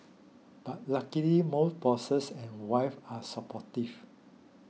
but luckily most bosses and wife are supportive